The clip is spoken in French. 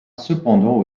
cependant